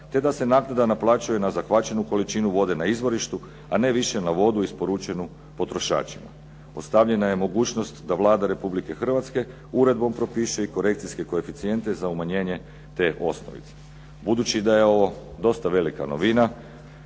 Te da se naknada naplaćuje na zahvaćenu količinu vode na izvorištu a ne više na vodu isporučenu potrošačima. Ostavljena je mogućnost da Vlada Republike Hrvatske uredbom propiše i korekcijske koeficijente za umanjenje te osnovice. Budući da je ovo dosta velika novina